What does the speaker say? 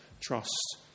trust